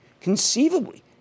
conceivably